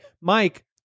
Mike